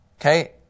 Okay